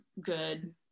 good